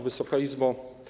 Wysoka Izbo!